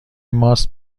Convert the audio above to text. ماست